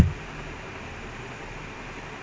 kavinikas kopen தான்:dhaan okay